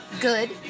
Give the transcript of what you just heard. good